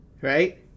right